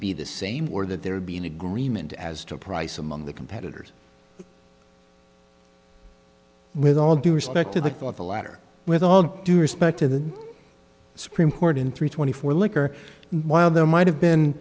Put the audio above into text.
be the same or that there would be an agreement as to price among the competitors with all due respect to the for the latter with all due respect to the supreme court in three twenty four liquor while there might have